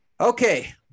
Okay